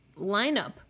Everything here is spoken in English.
lineup